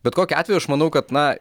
bet kokiu atveju aš manau kad na